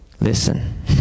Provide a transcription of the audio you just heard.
listen